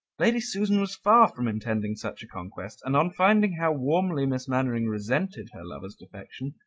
lady susan was far from intending such a conquest, and on finding how warmly miss mainwaring resented her lover's defection,